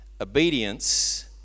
obedience